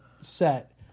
set